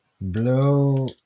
blow